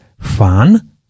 fun